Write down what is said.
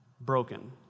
broken